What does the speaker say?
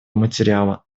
материала